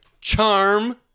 charm